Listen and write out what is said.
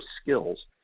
skills